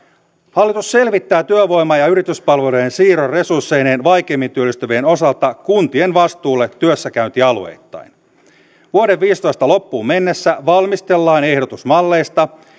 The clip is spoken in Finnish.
hallitus selvittää työvoima ja yrityspalveluiden siirron resursseineen vaikeimmin työllistyvien osalta kuntien vastuulle työssäkäyntialueittain vuoden kaksituhattaviisitoista loppuun mennessä valmistellaan ehdotus malleista